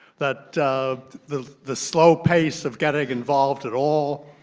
that the the slow pace of getting involved at all,